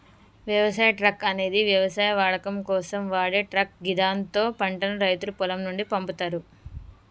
వ్యవసాయ ట్రక్ అనేది వ్యవసాయ వాడకం కోసం వాడే ట్రక్ గిదాంతో పంటను రైతులు పొలం నుండి పంపుతరు